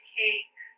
cake